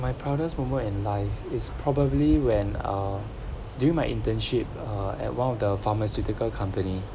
my proudest moment in life is probably when uh during my internship uh at one of the pharmaceutical company